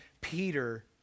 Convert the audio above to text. Peter